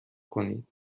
کنید